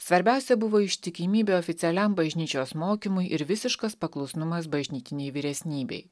svarbiausia buvo ištikimybė oficialiam bažnyčios mokymui ir visiškas paklusnumas bažnytinei vyresnybei